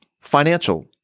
financial